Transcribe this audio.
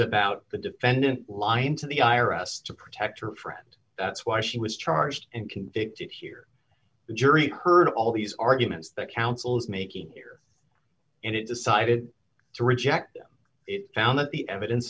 about the defendant lying to the i r s to protect her friend that's why she was charged and convicted here the jury heard all these arguments that counsel is making here and it decided to reject it found that the evidence